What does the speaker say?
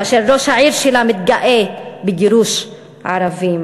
שראש העיר שלה מתגאה בגירוש ערבים?